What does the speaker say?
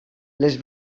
les